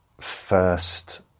First